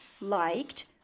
liked